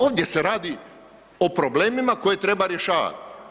Ovdje se radi o problemima koje treba rješavati.